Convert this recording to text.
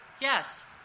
Yes